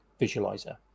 visualizer